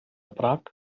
prag